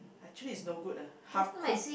actually is no good ah half cook